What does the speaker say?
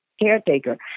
caretaker